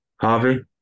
Harvey